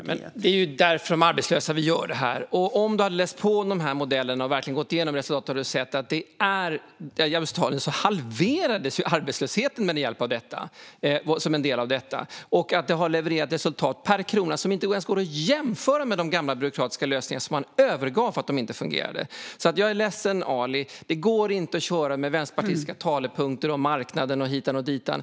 Fru talman! Det är ju för de arbetslösa som vi gör detta! Om du hade läst på om dessa modeller, Ali Esbati, och verkligen gått igenom resultaten hade du sett att i Australien halverades arbetslösheten som en del av detta. Det har levererat resultat per krona som inte ens går att jämföra med de gamla byråkratiska lösningar som man övergav därför att de inte fungerade. Jag är ledsen, Ali, men det går inte att köra med vänsterpartistiska talepunkter om marknaden och hitan och ditan.